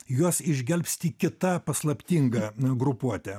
juos išgelbsti kita paslaptinga grupuotė